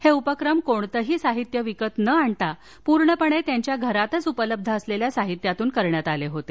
हे उपक्रम कोणतंही साहित्य विकत नं आणता पूर्णपणे त्यांच्या घरातच उपलब्ध असलेल्या साहित्यातून करण्यात आले होते